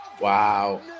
Wow